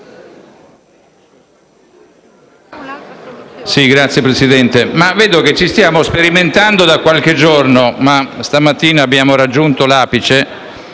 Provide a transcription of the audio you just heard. Signor Presidente, vedo che ci stiamo sperimentando da qualche giorno, ma stamattina abbiamo raggiunto l'apice,